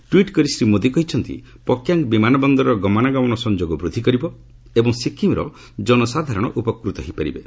tweet କରି ଶ୍ରୀ ମୋଦି କହିଛନ୍ତି ପକ୍ୟାଙ୍ଗ୍ ବିମାନବନ୍ଦର ଗମନାଗମନ ସଂଯୋଗ ବୃଦ୍ଧି କରିବ ଏବଂ ସିକ୍କିମର ଜନସାଧାରଣ ଉପକୃତ ହୋଇପାରିବେ